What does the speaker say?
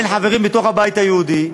לצערי הרב, בין חברים בתוך הבית היהודי,